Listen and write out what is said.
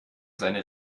seine